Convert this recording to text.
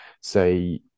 say